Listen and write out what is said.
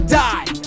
die